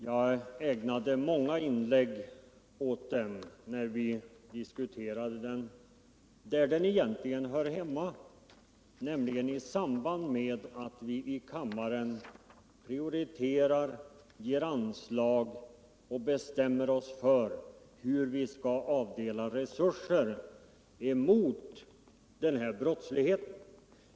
Jag ägnade många inlägg åt den när vi diskuterade den där den egentligen hör hemma, nämligen i samband med att vi i kammaren bestämde oss för hur vi skulle avdela resurser mot den här brottsligheten.